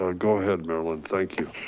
ah go ahead, marilyn. thank you.